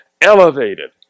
elevated